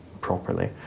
properly